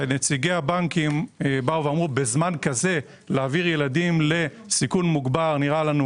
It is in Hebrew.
נציגי הבנקים אמרו: בזמן כזה להעביר ילדים לסיכון מוגבר נראה לנו